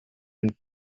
and